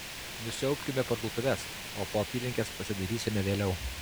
nusiaubkime parduotuves o po apylinkes pasidairysime vėliau